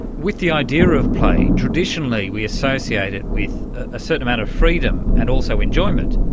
with the idea of play, traditionally we associate it with a certain amount of freedom and also enjoyment.